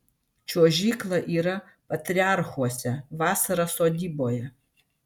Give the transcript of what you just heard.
čiuožykla yra patriarchuose vasara sodyboje